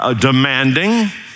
demanding